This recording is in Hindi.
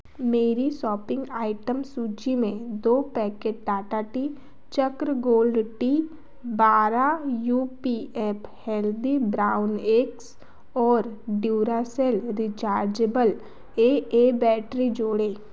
मेरी सॉपिंग आइटम सूची में दो packet Tata tea Chakra gold tea बारह U P F healthy brown eggs और Duracell rechargeable A A battery जोड़ें